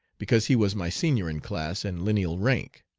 because he was my senior in class and lineal rank.